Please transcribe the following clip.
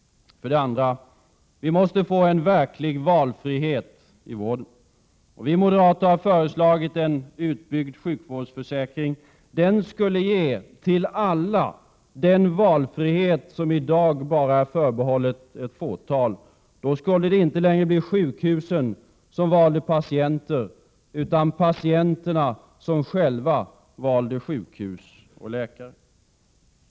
För det andra: Vi måste få en verklig valfrihet inom vården. Vi moderater har föreslagit en utbyggnad av sjukvårdsförsäkringen. Den skulle ge alla den valfrihet som i dag är förbehållen ett fåtal. Då skulle det inte längre bli sjukhusen som valde patienter utan patienterna som själva valde sjukhus och läkare.